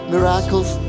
Miracles